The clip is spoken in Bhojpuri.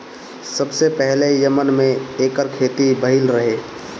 सबसे पहिले यमन में एकर खेती भइल रहे